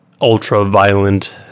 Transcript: ultra-violent